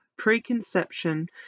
preconception